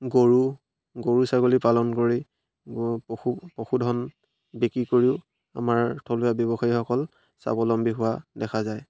গৰু গৰু ছাগলী পালন কৰি গৰু পশু পশুধন বিক্ৰী কৰিও আমাৰ থলুৱা ব্যৱসায়ীসকল স্বাৱলম্বী হোৱা দেখা যায়